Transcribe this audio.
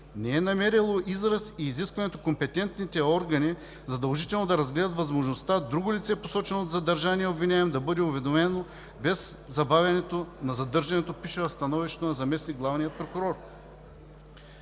Не е намерило израз и изискването компетентните органи задължително да разгледат възможността друго лице, посочено от задържания обвинител, да бъде уведомено без забавянето на задържането.“ Това го пише в становището на заместник-главния прокурор.